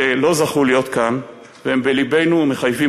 שלא זכו להיות כאן והם בלבנו ומחייבים